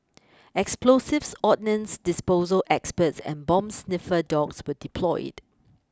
explosives ordnance disposal experts and bomb sniffer dogs were deployed